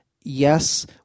yes